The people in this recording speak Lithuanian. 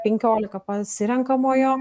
penkiolika pasirenkamojo